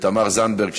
לתמר זנדברג,